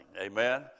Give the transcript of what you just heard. amen